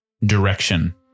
direction